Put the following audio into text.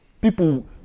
people